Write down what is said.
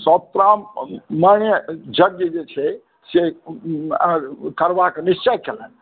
सब प्रण यज्ञ जे छै करबाक निश्चय कयलनि